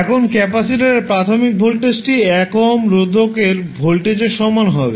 এখন ক্যাপাসিটার এ প্রাথমিক ভোল্টেজটি 1 ওহম রোধকের ভোল্টেজের সমান হবে